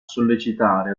sollecitare